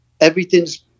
everything's